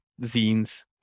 zines